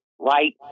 right